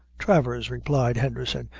travers, replied henderson,